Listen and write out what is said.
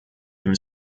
dem